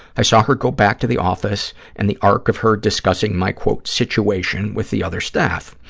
i saw her go back to the office and the arc of her discussing my, quote, situation with the other staff.